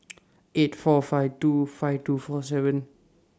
eight four five two five two four seven